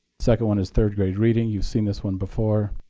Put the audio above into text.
second one is third grade reading. you've seen this one before.